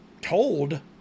told